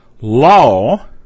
law